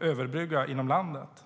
överbrygga inom landet.